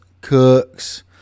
cooks